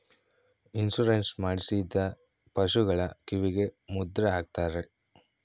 insurance ಮಾಡಿಸಿದ ಪಶುಗಳ ಕಿವಿಗೆ ಮುದ್ರೆ ಹಾಕ್ತಾರೆ